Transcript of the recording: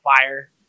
fire